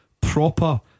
Proper